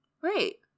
Great